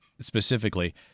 specifically